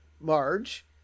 Marge